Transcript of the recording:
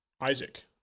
Isaac